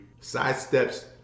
Sidesteps